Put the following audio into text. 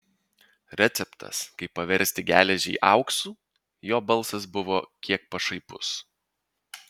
receptas kaip paversti geležį auksu jo balsas buvo kiek pašaipus